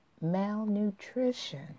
Malnutrition